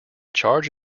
charge